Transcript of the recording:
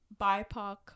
BIPOC